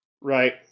Right